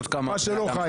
מה שלא חי.